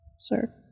sir